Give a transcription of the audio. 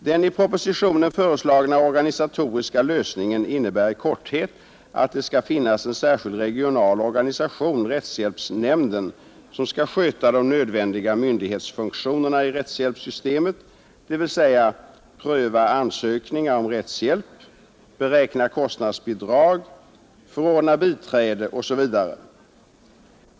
Den i propositionen föreslagna organisatoriska lösningen innebär i korthet att det skall finnas en särskild regional organisation, rättshjälpsnämnden, som skall sköta de nödvändiga myndighetsfunktionerna i rättshjälpssystemet, dvs. pröva ansökningar om rättshjälp, beräkna kostnadsbidrag, förordna biträde osv.